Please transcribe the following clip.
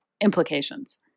implications